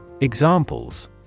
Examples